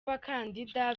abakandida